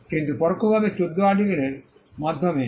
কিন্তু পরোক্ষভাবে 14 আর্টিকেল এর মাধ্যমে